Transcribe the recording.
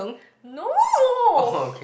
no